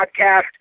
Podcast